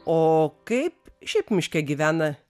o kaip šiaip miške gyvena